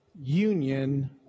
union